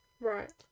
Right